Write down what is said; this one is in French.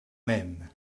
même